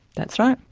that's right.